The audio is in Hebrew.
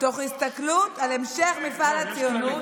תוך הסתכלות על המשך מפעל הציונות,